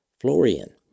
Florian